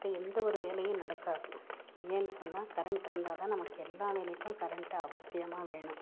மற்ற எந்த ஒரு வேலையும் நடக்காது ஏன்னெனு சொன்னால் கரண்ட் இருந்தால்தான் நமக்கு எல்லா வேலைக்கும் கரண்ட்டு அவசியமாக வேணும்